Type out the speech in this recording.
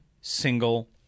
single